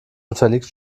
unterliegt